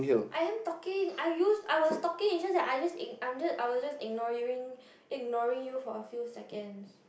I am talking I use I was talking is just I just ig~ I'm just I was just ignoring ignoring you for a few seconds